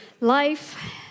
life